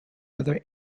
other